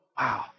Wow